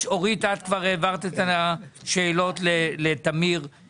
מקווה שזה יביא למציאות שבה גם המפקח על הבנקים וגם